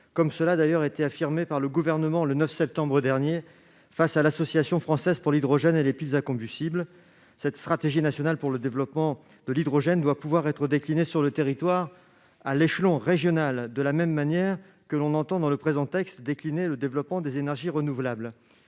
comme l'a affirmé le Gouvernement le 9 septembre dernier devant l'Association française pour l'hydrogène et les piles à combustible. La stratégie nationale pour le développement de l'hydrogène doit pouvoir être déclinée sur le territoire à l'échelon régional de la même manière que l'on entend dans le présent texte décliner le développement des énergies renouvelables.